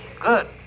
Good